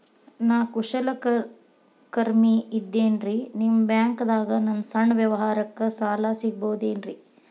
ನಾ ಕುಶಲಕರ್ಮಿ ಇದ್ದೇನ್ರಿ ನಿಮ್ಮ ಬ್ಯಾಂಕ್ ದಾಗ ನನ್ನ ಸಣ್ಣ ವ್ಯವಹಾರಕ್ಕ ಸಾಲ ಸಿಗಬಹುದೇನ್ರಿ?